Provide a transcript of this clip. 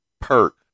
perk